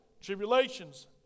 tribulations